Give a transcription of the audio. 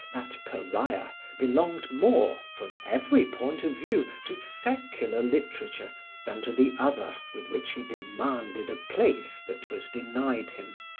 that pariah belonged more, from every point of view, to secular literature than to the other with which he demanded a place that was denied him.